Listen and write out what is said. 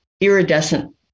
iridescent